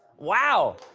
wow!